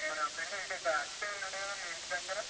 మన ఫ్రెండు ఇంకొక అక్షయ్ ఉన్నాడు కదా మీ ఇంటి దగ్గర